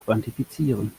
quantifizieren